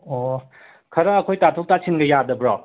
ꯑꯣ ꯑꯣ ꯈꯔ ꯑꯩꯈꯣꯏ ꯇꯥꯊꯣꯛ ꯇꯥꯁꯤꯟꯒ ꯌꯥꯗꯕ꯭ꯔꯣ